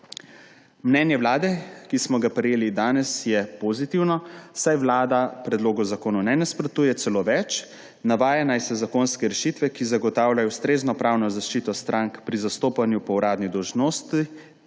Mnenje Vlade, ki smo ga prejeli danes, je pozitivno, saj Vlada predlogu zakona ne nasprotuje. Celo več, navaja, naj se zakonske rešitve, ki zagotavljajo ustrezno pravno zaščito strank pri zastopanju po uradni dolžnosti